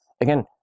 Again